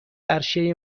عرشه